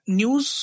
news